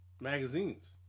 magazines